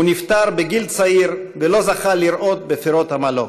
הוא נפטר בגיל צעיר ולא זכה לראות בפירות עמלו,